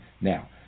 now